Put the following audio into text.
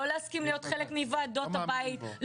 לא להסכים להיות חלק מוועדות הבית.